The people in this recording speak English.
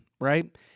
right